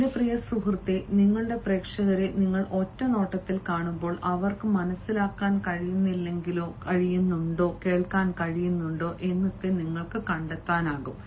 എന്റെ പ്രിയ സുഹൃത്ത് നിങ്ങളുടെ പ്രേക്ഷകരെ നിങ്ങൾ ഒറ്റനോട്ടത്തിൽ കാണുമ്പോൾ അവർക്ക് മനസിലാക്കാൻ കഴിയുന്നില്ലെങ്കിലോ കേൾക്കാൻ കഴിയുന്നില്ലെങ്കിലോ നിങ്ങൾക്ക് കണ്ടെത്താനാകും